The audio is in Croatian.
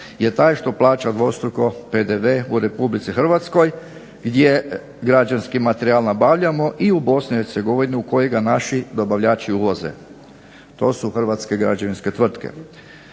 je taj što plaća dvostruko PDV u Republici Hrvatskoj je građevinski materijal nabavljamo i u Bosnu i Hercegovinu kojega naši dobavljači ulaze. To su hrvatske građevinske tvrtke.